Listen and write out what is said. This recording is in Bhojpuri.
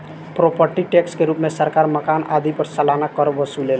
प्रोपर्टी टैक्स के रूप में सरकार मकान आदि पर सालाना कर वसुलेला